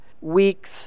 week's